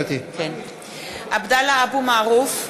עבדאללה אבו מערוף,